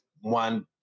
one